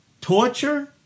Torture